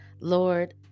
lord